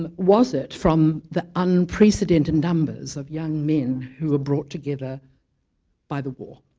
um was it from the unprecedented numbers of young men who were brought together by the war?